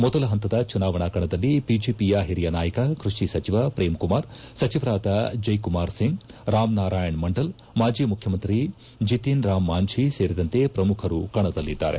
ಮೊದಲ ಹಂತದ ಚುನಾವಣಾ ಕಣದಲ್ಲಿ ಬಿಜೆಪಿಯ ಹಿರಿಯ ನಾಯಕ ಕ್ನಷಿ ಸಚಿವ ಪ್ರೇಮ್ ಕುಮಾರ್ ಸಚಿವರಾದ ಜೈ ಕುಮಾರ್ ಸಿಂಗ್ ರಾಮ್ ನಾರಾಯಣ್ ಮಂಡಲ್ ಮಾಜಿ ಮುಖ್ಯಮಂತ್ರಿ ಜಿತಿನ್ ರಾಮ್ ಮಾಯಿ ಸೇರಿದಂತೆ ಪ್ರಮುಖರು ಕಣದಲ್ಲಿದ್ದಾರೆ